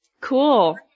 Cool